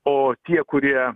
o tie kurie